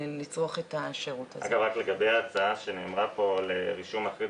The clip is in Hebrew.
לגבי מספר הטלפון.